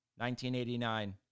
1989